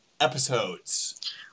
episodes